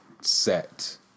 set